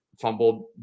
fumbled